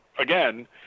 Again